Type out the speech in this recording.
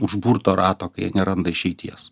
užburto rato kai jie neranda išeities